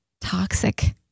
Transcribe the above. toxic